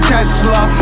Tesla